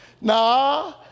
Nah